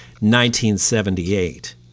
1978